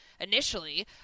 initially